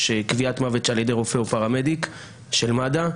קביעת מוות על ידי רופא או פרמדיק של מד"א,